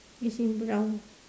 it's in brown